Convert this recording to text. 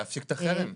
להפסיק את החרם.